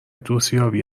دوستیابی